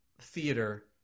theater